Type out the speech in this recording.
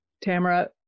Tamara